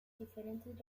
diferentes